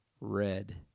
red